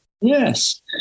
Yes